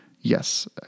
yes